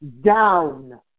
down